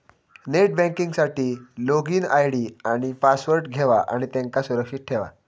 net banking साठी login ID आणि password घेवा आणि त्यांका सुरक्षित ठेवा